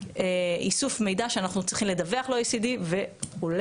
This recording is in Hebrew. איסוף מידע שאנחנו צריכים לדווח ל-OECD וכו'.